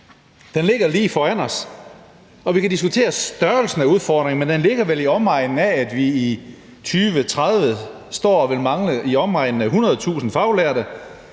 Den ligger lige foran os, og vi kan diskutere størrelsen af udfordringen, men den ligger vel i omegnen af, at vi i 2020-2030 står og vil mangle omkring 100.000 faglærte